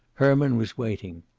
herman was waiting.